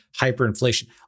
hyperinflation